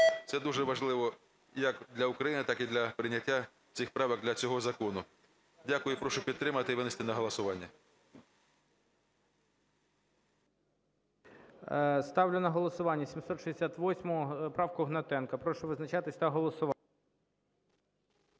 Це дуже важливо як для України, так і для прийняття цих правок для цього закону. Дякую і прошу підтримати, і винести на голосування. ГОЛОВУЮЧИЙ. Ставлю на голосування 768 правку Гнатенка. Прошу визначатись та голосувати.